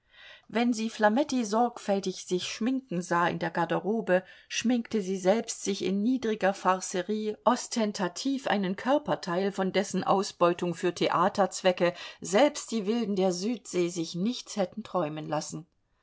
wenn sie flametti sorgfältig sich schminken sah in der garderobe schminkte sie selbst sich in niedriger farcerie ostentativ einen körperteil von dessen ausbeutung für theaterzwecke selbst die wilden der südsee sich nichts hätten träumen lassen